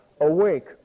awake